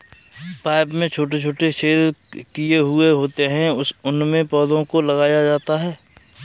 pipe में छोटे छोटे छेद किए हुए होते हैं उनमें पौधों को लगाया जाता है